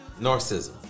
Narcissism